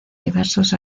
diversos